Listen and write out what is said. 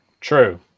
True